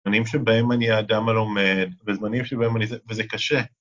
‫זמנים שבהם אני האדם מלומד, ‫וזמנים שבהם אני... וזה קשה.